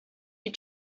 you